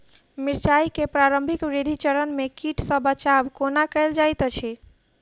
मिर्चाय केँ प्रारंभिक वृद्धि चरण मे कीट सँ बचाब कोना कैल जाइत अछि?